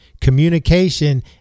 Communication